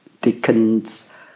Dickens